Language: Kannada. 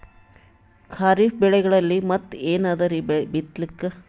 ಖರೀಫ್ ಬೆಳೆಗಳಲ್ಲಿ ಮತ್ ಏನ್ ಅದರೀ ಬಿತ್ತಲಿಕ್?